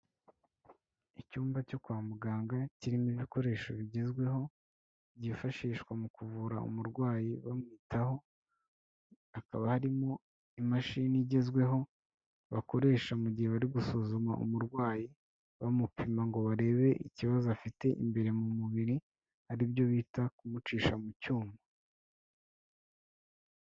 Icyumba cyo kwa muganga, kirimo ibikoresho bigezweho, byifashishwa mu kuvura umurwayi bamwitaho, hakaba harimo imashini igezweho, bakoresha mu gihe bari gusuzuma umurwayi, bamupima ngo barebe ikibazo afite imbere mu mubiri, aribyo bita kumucisha mu cyuma.